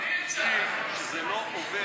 זה לא עובר.